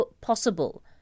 possible